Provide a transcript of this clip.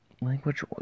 language